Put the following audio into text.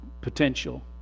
potential